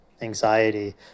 anxiety